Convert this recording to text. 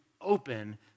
open